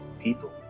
people